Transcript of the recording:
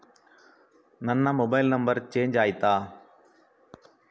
ನನ್ನ mobile number change ಆಯ್ತಾ?